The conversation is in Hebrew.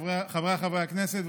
חבריי חברי הכנסת,